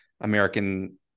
American